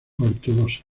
ortodoxa